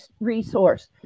resource